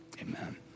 amen